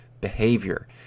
behavior